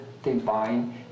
divine